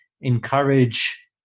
encourage